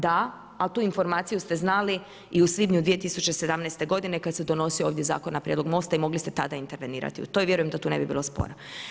Da, a tu informaciju ste znali i u svibnju 2017. g. kada se donosio ovdje zakon na prijedlog Mosta i mogli ste tada intervenirati, to je vjerujem da tu ne bi bilo spora.